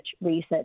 research